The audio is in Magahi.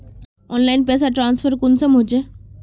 ऑनलाइन पैसा ट्रांसफर कुंसम होचे?